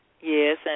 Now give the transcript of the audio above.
yes